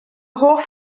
hoff